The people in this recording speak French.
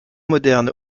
moderne